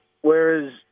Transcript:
whereas